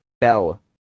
Bell